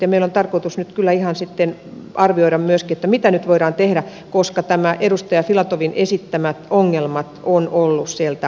meillä on tarkoitus nyt kyllä ihan arvioida myöskin että mitä nyt voidaan tehdä koska nämä edustaja filatovin esittämät ongelmat ovat tulleet sieltä esiin